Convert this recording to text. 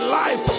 life